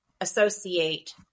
associate